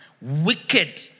wicked